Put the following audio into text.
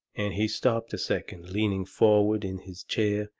and he stopped a second, leaning forward in his chair,